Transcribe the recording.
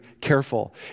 careful